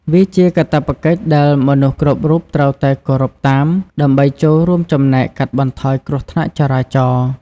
វាជាកាតព្វកិច្ចដែលមនុស្សគ្រប់រូបត្រូវតែគោរពតាម ដើម្បីចូលរួមចំណែកកាត់បន្ថយគ្រោះថ្នាក់ចរាចរណ៍។